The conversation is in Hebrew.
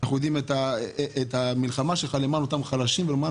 אנחנו יודעים את המלחמה שלך למען אותם חלשים ולמען